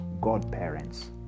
godparents